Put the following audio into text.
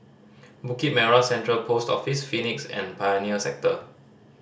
Bukit Merah Central Post Office Phoenix and Pioneer Sector